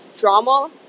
drama